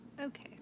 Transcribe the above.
okay